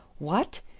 what!